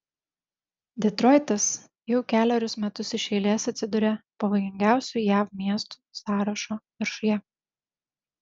detroitas jau kelerius metus iš eilės atsiduria pavojingiausių jav miestų sąrašo viršuje